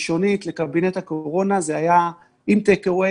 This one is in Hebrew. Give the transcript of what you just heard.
הראשונית לקבינט הקורונה בסגר השני הייתה עם טייק-אווי,